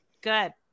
Good